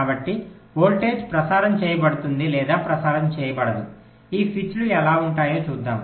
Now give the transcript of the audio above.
కాబట్టి వోల్టేజ్ ప్రసారం చేయబడుతుంది లేదా ప్రసారం చేయబడదు ఈ స్విచ్లు ఎలా ఉంటాయో చూద్దాం